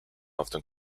often